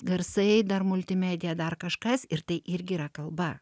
garsai dar multimedija dar kažkas ir tai irgi yra kalba